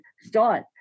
start